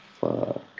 Fuck